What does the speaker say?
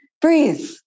breathe